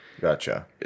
Gotcha